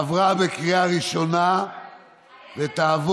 עברה בקריאה הראשונה ותעבור,